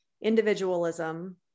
individualism